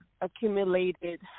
accumulated